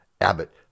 Abbott